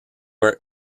were